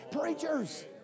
preachers